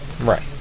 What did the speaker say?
Right